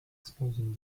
exposing